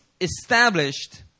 established